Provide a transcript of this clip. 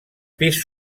pis